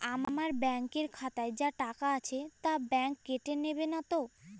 আমার ব্যাঙ্ক এর খাতায় যা টাকা আছে তা বাংক কেটে নেবে নাতো?